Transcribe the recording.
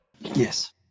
Yes